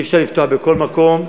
אי-אפשר לפתוח בכל מקום.